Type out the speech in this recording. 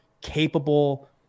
capable